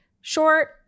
short